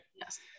Yes